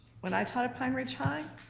when i taught at pine ridge high,